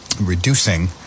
reducing